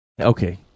Okay